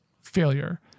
failure